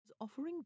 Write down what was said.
Offering